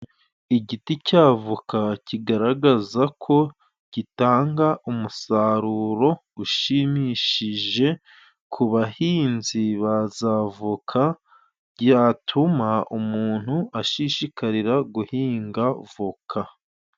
Igiti cya avoka kigaragaza ko gitanga umusaruro ushimishije ku bahinzi ba za avoka, cyatuma umuntu ashishikarira guhinga avoka.